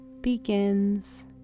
begins